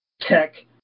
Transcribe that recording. tech